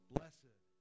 Blessed